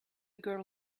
girl